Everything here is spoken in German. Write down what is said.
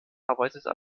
arbeitete